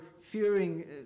fearing